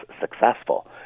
successful